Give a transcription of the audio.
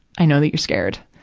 i know that you're scared.